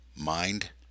Mind